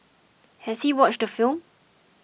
has he watched the film